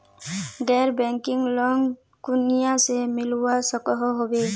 गैर banking loan कुनियाँ से मिलवा सकोहो होबे?